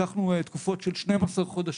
לקחנו תקופות של 12 חודשים